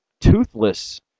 toothless